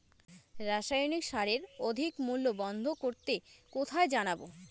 রাসায়নিক সারের অধিক মূল্য বন্ধ করতে কোথায় জানাবো?